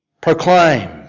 proclaim